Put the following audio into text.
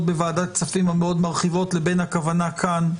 בוועדת כספים שהן מאוד מרחיבות לבין הכוונה כאן.